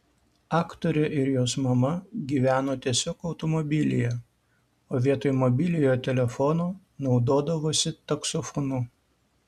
aktorė ir jos mama gyveno tiesiog automobilyje o vietoj mobiliojo telefono naudodavosi taksofonu